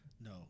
No